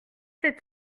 cet